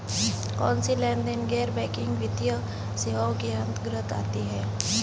कौनसे लेनदेन गैर बैंकिंग वित्तीय सेवाओं के अंतर्गत आते हैं?